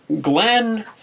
Glenn